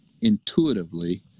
intuitively